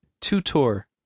Tutor